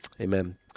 amen